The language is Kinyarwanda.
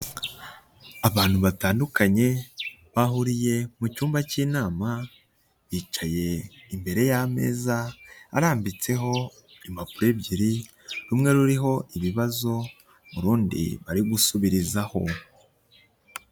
Abantu batandukanye bahuriye mu cyumba cy'inama bicaye imbere y'ameza arambitseho impapuro ebyiri rumwe ruriho ibibazo, urundi bari gusubirizaho.